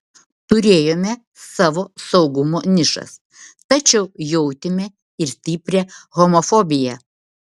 turėjome savo saugumo nišas tačiau jautėme ir stiprią homofobiją